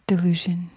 Delusion